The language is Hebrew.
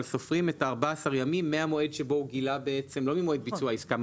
אבל סופרים את 14 הימים לא ממועד ביצוע העסקה אלא